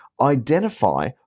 identify